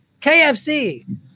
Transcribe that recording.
KFC